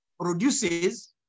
produces